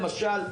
למשל,